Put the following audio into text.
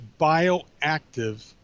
bioactive